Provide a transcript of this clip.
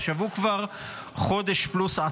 עכשיו, הוא עצור כבר חודש פלוס,